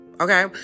Okay